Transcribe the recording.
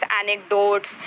anecdotes